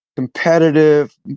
competitive